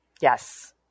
yes